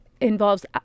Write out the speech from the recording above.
involves